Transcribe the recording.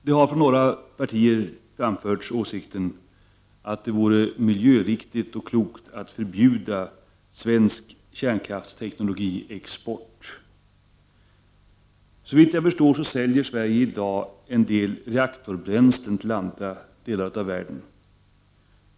Från några partier har den åsikten framförts att det vore miljöriktigt och klokt att förbjuda svensk kärnkraftsteknologisk export. Såvitt jag förstår säljer Sverige i dag en del reaktorbränslen till andra delar av världen.